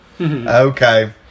Okay